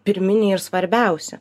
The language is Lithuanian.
pirminiai ir svarbiausi